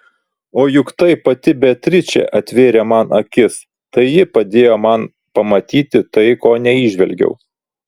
o juk tai pati beatričė atvėrė man akis tai ji padėjo man pamatyti tai ko neįžvelgiau